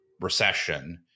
recession